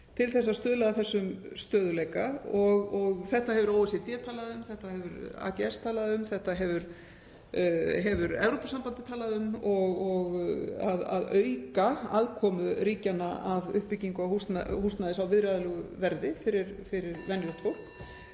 til að stuðla að þessum stöðugleika. Þetta hefur OECD talað um, þetta hefur AGS talað um, þetta hefur Evrópusambandið talað um, að auka aðkomu ríkjanna að uppbyggingu á húsnæði á viðráðanlegu verði fyrir venjulegt fólk